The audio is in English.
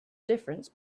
difference